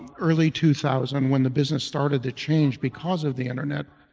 early two thousand when the business started to change because of the internet,